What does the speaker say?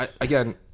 again